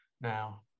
now